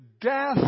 death